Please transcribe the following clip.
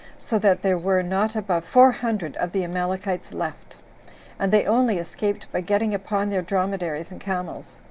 so that there were, not above four hundred of the amalekites left and they only escaped by getting upon their dromedaries and camels.